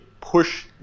push